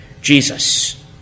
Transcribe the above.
Jesus